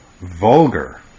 vulgar